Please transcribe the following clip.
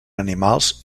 animals